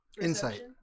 Insight